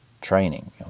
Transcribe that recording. training